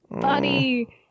Buddy